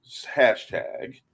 hashtag